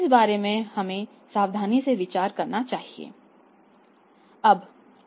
इस बारे में हमें सावधानी से विचार करना चाहिए